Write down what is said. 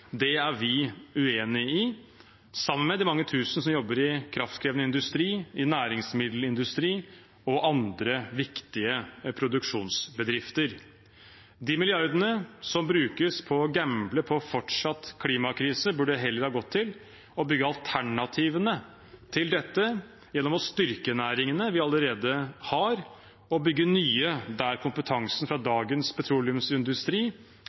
Det er vi uenig i – sammen med de mange tusen som jobber i kraftkrevende industri, i næringsmiddelindustri og i andre viktige produksjonsbedrifter. De milliardene som brukes på å gamble på fortsatt klimakrise, burde heller gått til å bygge alternativene til dette gjennom å styrke de næringene vi allerede har, og bygge nye der kompetansen fra dagens petroleumsindustri